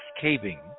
caving